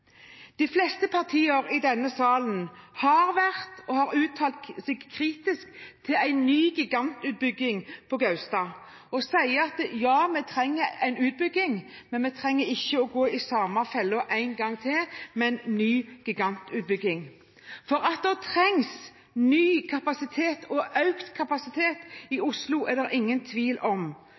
De fleste partier i denne salen har vært og har uttalt seg kritisk til en ny gigantutbygging på Gaustad og sier at ja, vi trenger en utbygging, men vi trenger ikke å gå i den samme fella en gang til, med en ny gigantutbygging. For at det trengs ny og økt kapasitet i Oslo, er det ingen tvil om.